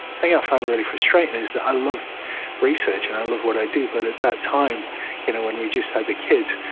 thing i find really frustrating is that i love research and i love what i do but at that time you know when we'd just had the kids,